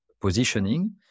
positioning